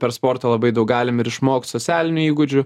per sportą labai daug galim ir išmokt socialinių įgūdžių